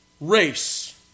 race